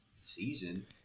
season –